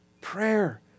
Prayer